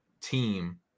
team